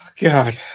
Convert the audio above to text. God